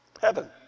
Heaven